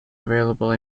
available